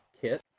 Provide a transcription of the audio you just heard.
kit